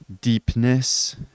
deepness